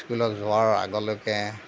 স্কুলত যোৱাৰ আগলৈকে